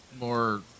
more